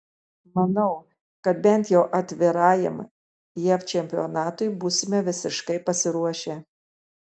manau kad bent jau atvirajam jav čempionatui būsime visiškai pasiruošę